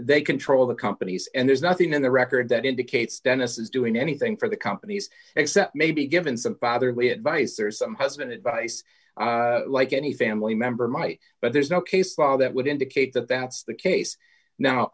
they control the companies and there's nothing in the record that indicates dennis is doing anything for the companies except maybe given some fatherly advice or some president advice like any family member might but there's no case law that would indicate that that's the case now